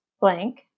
blank